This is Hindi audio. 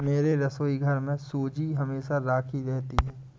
मेरे रसोईघर में सूजी हमेशा राखी रहती है